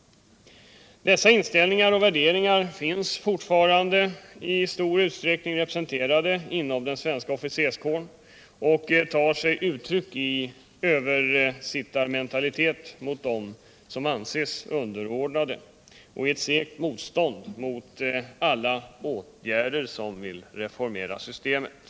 Dessa inställningar och värderingar finns fortfarande i stor utsträckning representerade inom den svenska officerskåren och tar sig uttryck i översittarmentalitet mot dem som anses underordnade och i ett segt motstånd mot alla åtgärder som vill reformera systemet.